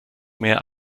mehr